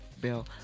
bill